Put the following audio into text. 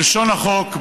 כלשון החוק,